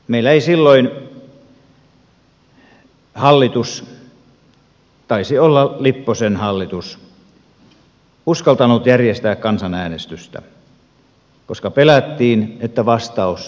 meillä ei silloin hallitus taisi olla lipposen hallitus uskaltanut järjestää kansanäänestystä koska pelättiin että vastaus olisi kielteinen